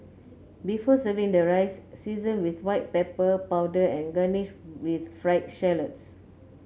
before serving the rice season with white pepper powder and garnish with fried shallots